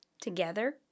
together